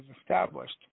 established